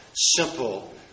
simple